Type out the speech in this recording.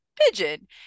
pigeon